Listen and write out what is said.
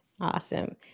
Awesome